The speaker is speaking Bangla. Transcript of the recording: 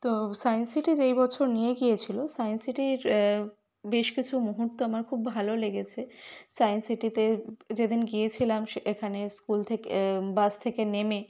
তো সায়েন্স সিটি যেই বছর নিয়ে গিয়েছিল সায়েন্স সিটির বেশ কিছু মুহূর্ত আমার খুব ভালো লেগেছে সায়েন্স সিটিতে যেদিন গিয়েছিলাম সে এখানে স্কুল থেক বাস থেকে নেমে